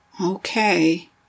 Okay